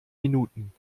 minuten